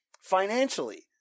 Financially